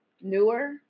Newer